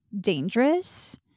dangerous